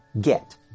get